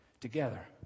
together